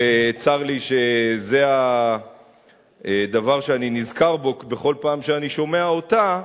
וצר לי שזה הדבר שאני נזכר בו בכל פעם שאני שומע אותה,